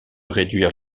réduire